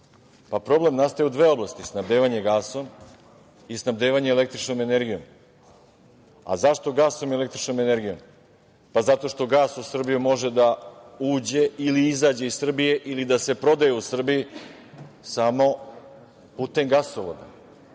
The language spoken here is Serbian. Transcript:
Problem nastaje u dve oblasti – snabdevanje gasom i snabdevanje električnom energijom. Zašto gasom i električnom energijom? Zato što gas u Srbiji može da uđe ili izađe iz Srbije ili da se prodaje u Srbiji samo putem gasovoda,